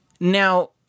Now